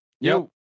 Yo